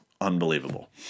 unbelievable